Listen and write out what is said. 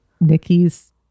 Nikki's